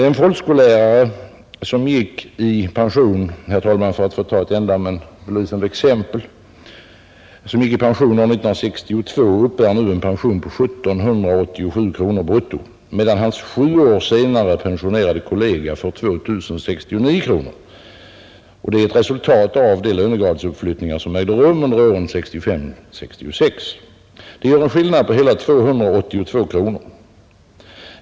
En folkskollärare som gick i pension 1962 — för att ta ett enda men belysande exempel, herr talman — uppbär nu en pension på 1 787 kronor brutto, medan hans sju år senare pensionerade kollega får 2 069 kronor, vilket är ett resultat av de lönegradsuppflyttningar som ägde rum åren 1965—1966. Det är en skillnad på hela 282 kronor.